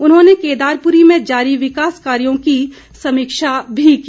उन्होंने केदारपुरी में जारी विकास कार्यों की समीक्षा भी की